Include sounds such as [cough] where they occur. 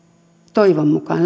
toivon mukaan [unintelligible]